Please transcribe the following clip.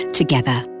together